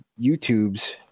YouTubes